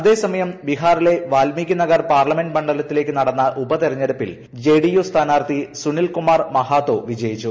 അതേ സമയം ബീഹാറിലെ വാൽമീകി നഗർ പാർലമെന്റ് മണ്ഡലത്തി ലേക്ക് നടന്ന ഉപതെരഞ്ഞെടുപ്പിൽ ജെഡിയു സ്ഥാനാർഥി സുനിൽ കുമാർ മഹാതോ വിജയിച്ചു